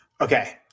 Okay